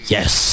Yes